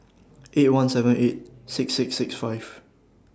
eight one seven eight six six six five